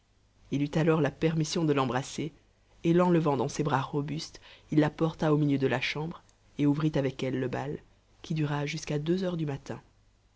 il eut alors la permission de l'embrasser et l'enlevant dans ses bras robustes il la porta au milieu de la chambre et ouvrit avec elle le bal qui dura jusqu'à deux heures du matin